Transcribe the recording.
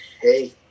hey